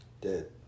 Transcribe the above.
Dead